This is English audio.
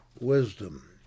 wisdom